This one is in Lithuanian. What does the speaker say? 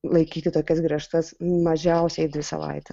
laikyti tokias griežtas mažiausiai dvi savaitę